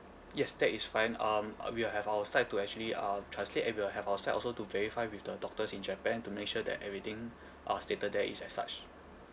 yes that is fine um uh we will have our side to actually uh translate and we will have our side also to verify with the doctors in japan to make sure that everything uh stated there is as such